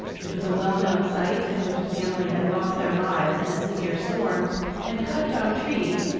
which was a well-known site in which a family had lost their lives in a severe storm and cut down trees,